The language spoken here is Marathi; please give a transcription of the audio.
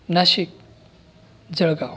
नाशिक जळगाव